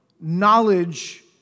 knowledge